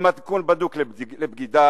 זה מתכון בדוק לבגידה,